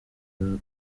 bageza